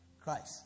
Christ